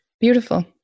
Beautiful